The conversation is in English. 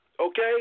okay